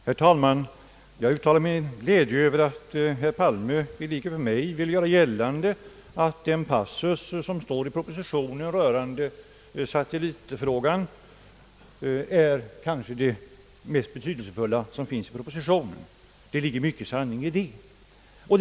Herr talman! Jag uttalar min glädje över att herr Palme i likhet med mig vill göra gällande, att den passus i propositionen som rör satellitfrågan kanske är den mest betydelsefulla i hela propositionen. Det ligger mycket sanning i detta.